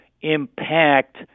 impact